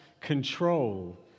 control